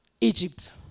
Egypt